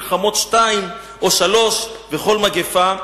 מלחמות שתיים או שלוש וכל מגפה".